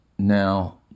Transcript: Now